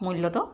মূল্যটো